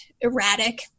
erratic